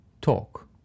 talk